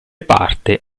parte